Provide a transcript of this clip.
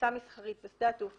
29 לחוק רשות שדות התעופה,